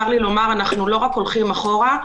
ואנחנו לא רק הולכים אחורה,